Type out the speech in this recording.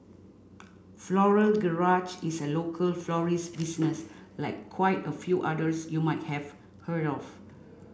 Floral Garage is a local florist business like quite a few others you might have heard of